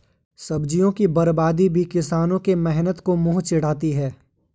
सब्जियों की बर्बादी भी किसानों के मेहनत को मुँह चिढ़ाती है